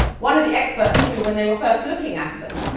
one of the experts who, when they were first looking at them,